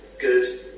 good